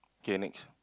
okay next